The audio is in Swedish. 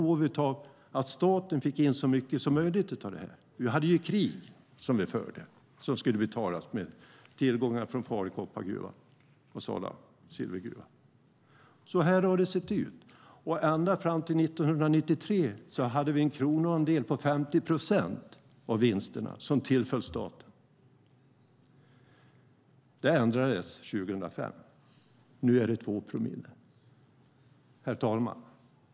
Ända fram till 1993 hade vi en kronoandel på 50 procent av vinsterna som tillföll staten. Det ändrades 2005. Herr talman!